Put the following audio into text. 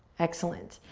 excellent,